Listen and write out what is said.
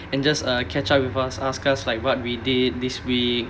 and just uh catch up with us ask us like what we did this week